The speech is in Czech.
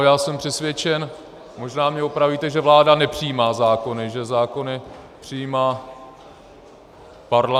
Já jsem přesvědčen, možná mě opravíte, že vláda nepřijímá zákony, že zákony přijímá Parlament.